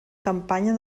campanya